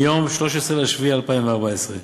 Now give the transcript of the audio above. מיום 13 ביולי 2014,